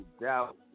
doubt